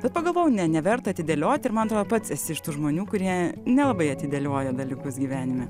bet pagalvojau ne neverta atidėlioti ir man atrodo pats esi iš tų žmonių kurie nelabai atidėlioja dalykus gyvenime